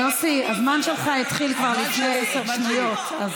יוסי, הזמן שלך התחיל כבר לפני עשר שניות.